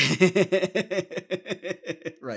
Right